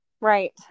Right